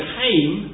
came